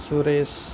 Suresh